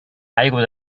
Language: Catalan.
aigua